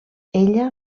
ella